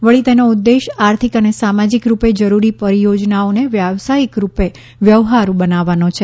વળી તેનો ઉદ્દેશ આર્થિક અને સામાજીક રૂપે જરૂરી પરિયોજનાઓને વ્યાવસાયિક રૂપે વ્યવહારુ બનાવવાનો પણ છે